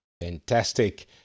Fantastic